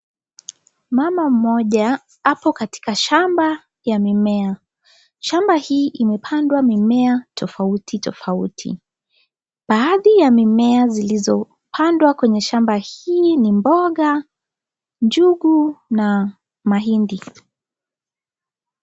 Mama mmoja apo katika shamba ya mimea. Shamba hii imepandwa mimea tofauti tofauti. Baadhi ya mmea zilizopandwa kwa shamba hii ni mboga, njugu ,na mahindi.